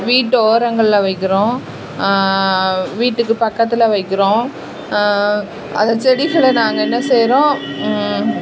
வீட்டு ஓரங்களில் வைக்கிறோம் வீட்டுக்கு பக்கத்தில் வைக்கிறோம் அந்த செடிகளை நாங்கள் என்ன செய்கிறோம்